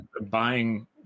buying